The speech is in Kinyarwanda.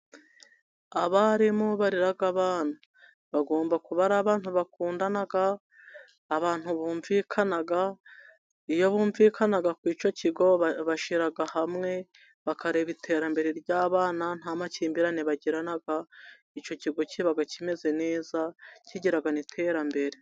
Abarimu barera abana bagomba kuba ari abantu bakundana abantu bumvikana. Iyo bumvikana ku icyo kigo bashyira hamwe bakareba iterambere ry'abana. Nta makimbirane bagirana . Icyo kigo kiba kimeze neza kigera n'iterambere.